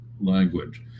language